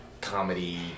comedy